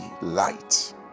light